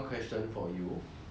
the the question is like